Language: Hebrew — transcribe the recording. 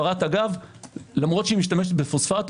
למרות שהיא משתמשת בפוספט,